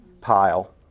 pile